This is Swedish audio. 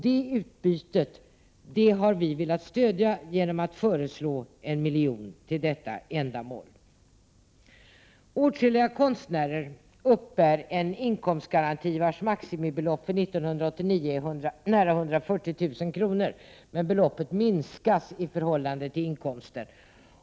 Detta utbyte har vi velat stödja genom att föreslå 1 milj.kr. till detta ändamål. Åtskilliga konstnärer uppbär en inkomstgaranti, vars maximibelopp för 1989 är nära 140 000 kr. Men detta belopp minskas i förhållande till inkomsten.